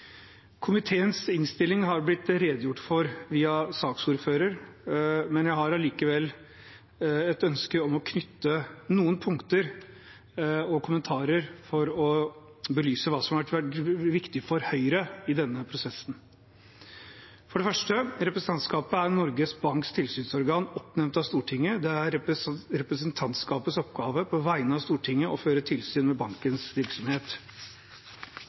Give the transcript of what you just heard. Komiteens innstilling har blitt redegjort for av saksordføreren. Jeg har likevel et ønske om å komme med noen punkter og kommentarer for å belyse hva som har vært viktig for Høyre i denne prosessen. For det første: Representantskapet er Norges Banks tilsynsorgan oppnevnt av Stortinget. Det er representantskapets oppgave på vegne av Stortinget å føre tilsyn med bankens virksomhet.